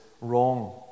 wrong